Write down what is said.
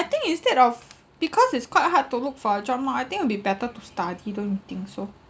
I think instead of because it's quite hard to look for a job mah I think it'd be better to study don't you think so